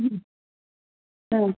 হুম ও